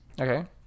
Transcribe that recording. Okay